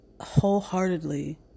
wholeheartedly